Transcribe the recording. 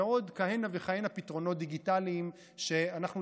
ועוד כהנה וכהנה פתרונות דיגיטליים שאנחנו